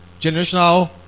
generational